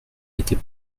était